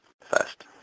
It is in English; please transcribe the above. first